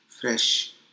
fresh